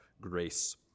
grace